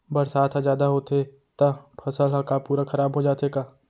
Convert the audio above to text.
बरसात ह जादा होथे त फसल ह का पूरा खराब हो जाथे का?